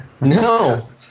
No